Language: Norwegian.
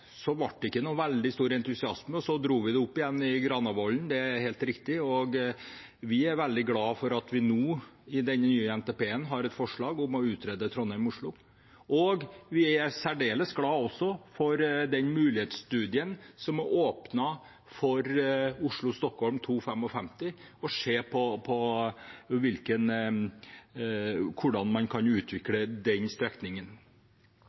helt riktig. Og vi er veldig glade for at vi nå i den nye NTP-en har et forslag om å utrede Trondheim–Oslo. Vi er særdeles glad for den mulighetsstudien som er åpnet for Oslo–Stockholm 2.55, for å se på hvordan man kan utvikle den strekningen.